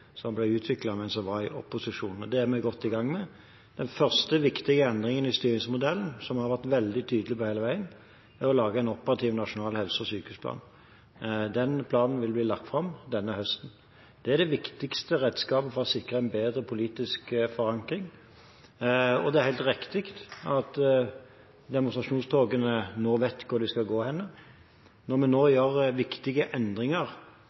som ble utviklet mens en var i opposisjon. Det er vi godt i gang med. Den første viktige endringen i styringsmodellen, som jeg har vært veldig tydelig på hele veien, er å lage en operativ nasjonal helse- og sykehusplan. Den planen vil bli lagt fram denne høsten. Det er det viktigste redskapet for å sikre en bedre politisk forankring. Det er helt riktig at demonstrasjonstogene må vite hvor de skal gå. Når vi nå gjør viktige endringer